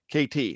KT